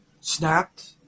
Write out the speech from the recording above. snapped